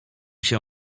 się